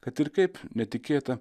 kad ir kaip netikėta